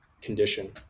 condition